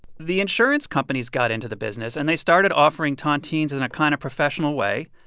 the insurance companies got into the business. and they started offering tontines in a kind of professional way.